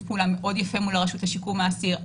פעולה מאוד יפה מול הרשות לשיקום האסיר.